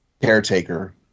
caretaker